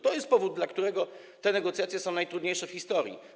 To jest powód, dla którego te negocjacje są najtrudniejsze w historii.